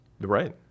Right